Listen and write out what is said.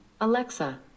Alexa